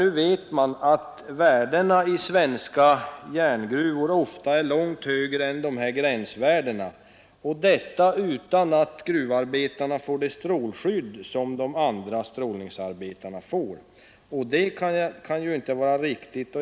Nu vet man att värdena i svenska järngruvor ofta är långt högre än dessa gränsvärden och detta utan att gruvarbetarna får det strålskydd som övriga arbetare erhåller. Det kan inte vara riktigt.